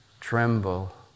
tremble